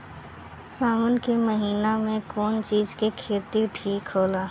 सावन के महिना मे कौन चिज के खेती ठिक होला?